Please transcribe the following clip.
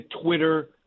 Twitter